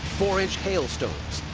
four inch hailstorms,